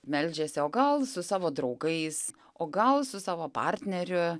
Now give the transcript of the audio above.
meldžiasi o gal su savo draugais o gal su savo partneriu